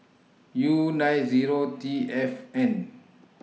U nine Zero T F N